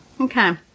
Okay